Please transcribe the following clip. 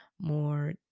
more